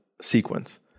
sequence